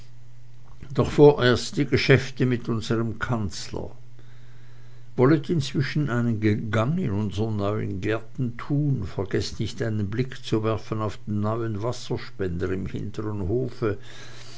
doch vorerst die geschäfte mit unserm kanzler wollet inzwischen einen gang in unsre neuen gärten tun vergeßt nicht einen blick zu werfen auf den neuen wasserspender im hinteren hofe